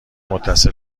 متصل